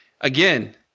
again